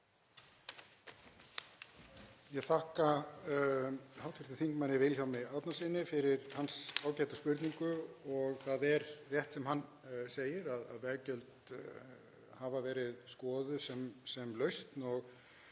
Ég þakka hv. þm. Vilhjálmi Árnasyni fyrir hans ágætu spurningu. Það er rétt sem hann segir að veggjöld hafa verið skoðuð sem lausn og